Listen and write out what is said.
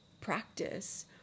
practice